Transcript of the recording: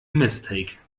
mistake